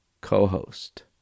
co-host